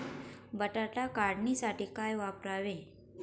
बटाटा काढणीसाठी काय वापरावे?